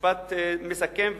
משפט מסכם ומסיים.